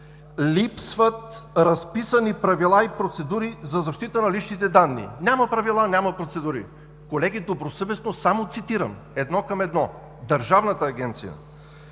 Липсват разписани правила и процедури за защита на личните данни. Няма правила, няма процедури. Колеги, добросъвестно само цитирам едно към едно Държавната агенция.